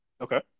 Okay